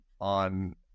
on